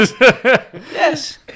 Yes